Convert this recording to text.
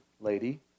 lady